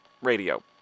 radio